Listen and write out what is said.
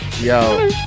Yo